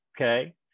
Okay